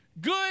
good